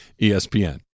ESPN